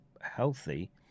healthy